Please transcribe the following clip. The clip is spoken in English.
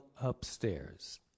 upstairs